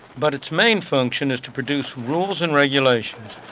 but its main function is to produce rules and regulations,